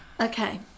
okay